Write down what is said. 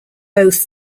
both